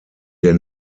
der